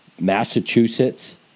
Massachusetts